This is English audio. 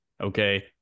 okay